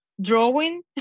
drawing